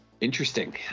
interesting